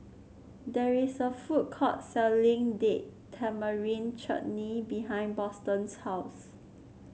there is a food court selling Date Tamarind Chutney behind Boston's house